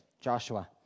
Joshua